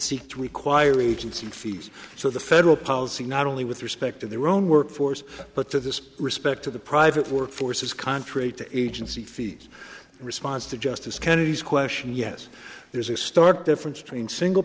fees so the federal policy not only with respect to their own work force but to this respect to the private work force is contrary to agency fees response to justice kennedy's question yes there's a stark difference between single